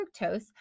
fructose